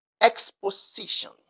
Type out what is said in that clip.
exposition